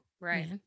Right